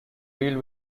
built